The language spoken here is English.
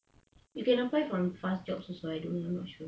you can apply for fast job also I don't know I am not sure